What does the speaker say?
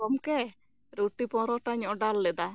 ᱜᱚᱢᱠᱮ ᱨᱩᱴᱤ ᱯᱚᱨᱚᱴᱟᱧ ᱚᱰᱟᱨ ᱞᱮᱫᱟ